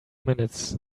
minutes